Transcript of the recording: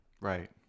Right